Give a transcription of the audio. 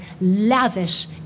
lavish